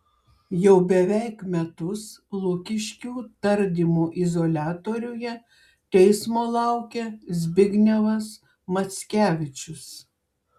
jau beveik metus lukiškių tardymo izoliatoriuje teismo laukia zbignevas mackevičius